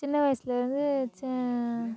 சின்ன வயசுலேருந்து ச